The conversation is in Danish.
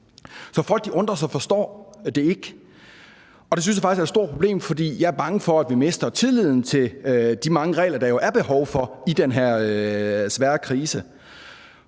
et stort problem. For jeg er bange for, at vi mister tilliden til de mange regler, der jo er behov for i den her svære krise.